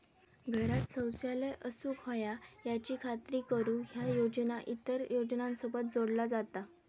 घरांत शौचालय असूक व्हया याची खात्री करुक ह्या योजना इतर योजनांसोबत जोडला जाता